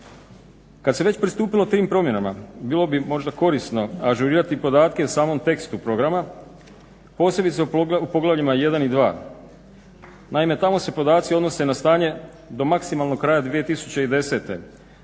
Kada se već prisupilo tim promjenama bilo bi možda korisno ažurirati podatke o samom tekstu programa posebice o poglavljima 1 i 2. Naime tamo se podaci odnose na stanje do maksimalnog kraja 2010.